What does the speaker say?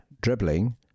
Dribbling